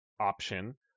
option